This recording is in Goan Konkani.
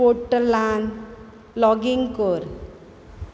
पोर्टलान लॉगीन कर